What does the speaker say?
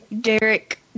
Derek